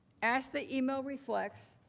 as the email reflects,